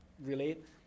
relate